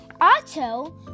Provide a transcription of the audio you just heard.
Otto